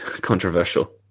controversial